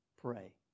pray